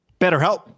BetterHelp